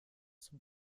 zum